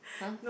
!huh!